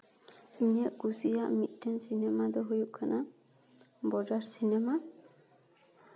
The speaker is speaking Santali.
ᱤᱧᱟᱹᱜ ᱠᱩᱥᱤᱭᱟᱜ ᱢᱤᱫᱴᱮᱱ ᱥᱤᱱᱮᱢᱟ ᱫᱚ ᱦᱩᱭᱩᱜ ᱠᱟᱱᱟ ᱵᱳᱰᱟᱨ ᱥᱤᱱᱮᱢᱟ